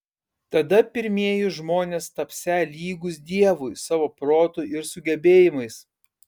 tada pirmieji žmonės tapsią lygūs dievui savo protu ir sugebėjimais